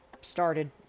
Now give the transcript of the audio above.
started